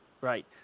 Right